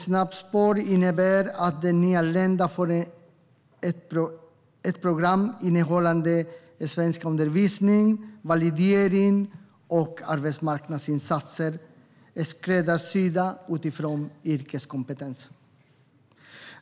Snabbspår innebär att den nyanlända får ett program innehållande svenskundervisning, validering och arbetsmarknadsinsatser skräddarsydda utifrån yrkeskompetens.